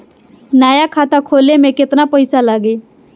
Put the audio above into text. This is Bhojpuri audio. नया खाता खोले मे केतना पईसा लागि?